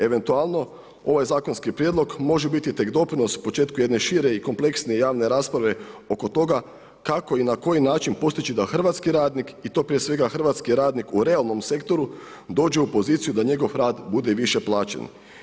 Eventualno ovaj zakonski prijedlog može biti tek doprinos početku jedne šire i kompleksnije javne rasprave oko toga kako i na koji način postići da hrvatski radnik i to prije svega hrvatski radnik u realnom sektoru dođe u poziciju da njegov rad bude više plaćen.